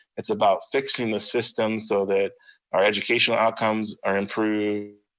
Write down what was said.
it's about fixing the system, so that our educational outcomes are improved,